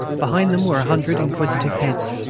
behind them were a hundred inquisitive heads,